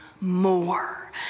more